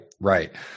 right